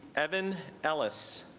evan ellis